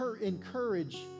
encourage